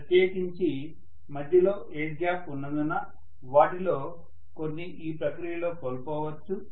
ప్రత్యేకించి మధ్యలో air gap ఉన్నందున వాటిలో కొన్ని ఈ ప్రక్రియలో కోల్పోవచ్చు